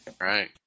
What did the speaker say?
right